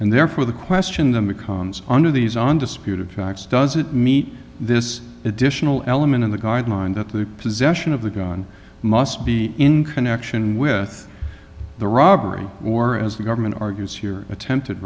and therefore the question then becomes under these undisputed facts does it meet this additional element of the guard line that the possession of the gun must be in connection with the robbery or as the government argues here attempted